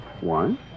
One